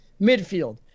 Midfield